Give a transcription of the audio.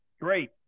great